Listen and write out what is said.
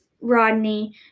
Rodney